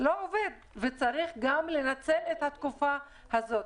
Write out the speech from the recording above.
צריך לנצל את התקופה הזאת.